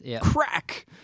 Crack